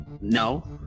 no